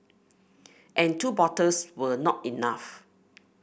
and two bottles were not enough